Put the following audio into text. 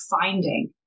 finding